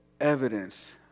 evidence